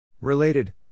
Related